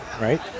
right